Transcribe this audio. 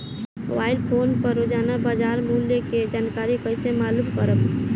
Mobile phone पर रोजाना बाजार मूल्य के जानकारी कइसे मालूम करब?